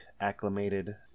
acclimated